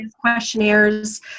questionnaires